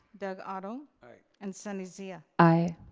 doug otto. i. and sunny zia. i.